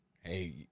Hey